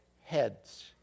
heads